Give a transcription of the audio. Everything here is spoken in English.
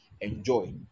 enjoy